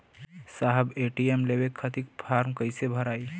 साहब ए.टी.एम लेवे खतीं फॉर्म कइसे भराई?